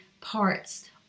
parts